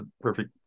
perfect